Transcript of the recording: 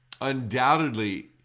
undoubtedly